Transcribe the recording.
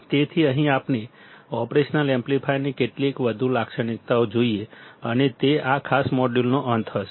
તેથી અહીં આપણે ઓપરેશનલ એમ્પ્લીફાયરની કેટલીક વધુ લાક્ષણિકતાઓ જોઈએ અને તે આ ખાસ મોડ્યુલનો અંત હશે